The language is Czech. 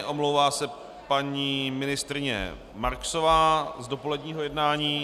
Omlouvá se paní ministryně Marksová z dopoledního jednání.